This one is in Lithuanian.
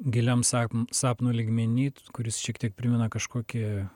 giliam sapn sapno lygmeny kuris šiek tiek primena kažkokį